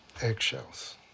Eggshells